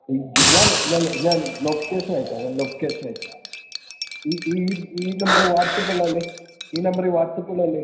ഇജ്ജ് ഞാൻ ഞാൻ ഞാൻ ലൊക്കേഷന് അയക്കാം ഞാൻ ലൊക്കേഷനയച്ചേക്കാം ഈ ഈ ഈ നമ്പറ് വാട്സപ്പ് ഉള്ളതല്ലേ ഈ നമ്പറീ വാട്സപ്പ് ഉള്ളതല്ലേ